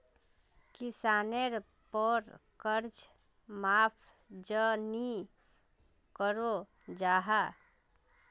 किसानेर पोर कर्ज माप चाँ नी करो जाहा?